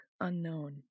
unknown